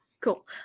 Cool